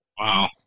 Wow